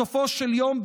בסופו של יום,